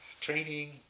training